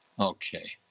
Okay